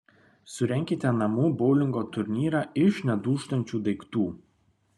surenkite namų boulingo turnyrą iš nedūžtančių daiktų